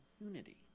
unity